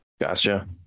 gotcha